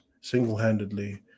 single-handedly